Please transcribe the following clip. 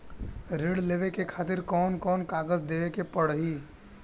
ऋण लेवे के खातिर कौन कोन कागज देवे के पढ़ही?